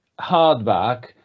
hardback